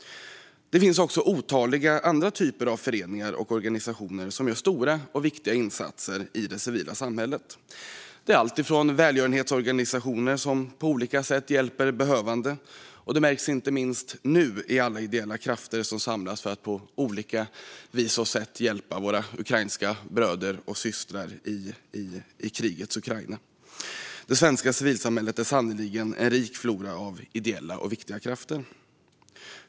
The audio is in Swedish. Det finns också otaliga andra typer av föreningar och organisationer som gör stora och viktiga insatser i det civila samhället. Det är till exempel välgörenhetsorganisationer som på olika sätt hjälper behövande - det märks inte minst nu i alla ideella krafter som samlas för att på olika sätt hjälpa våra bröder och systrar i krigets Ukraina. Det svenska civilsamhället är sannerligen en rik flora av ideella och viktiga krafter.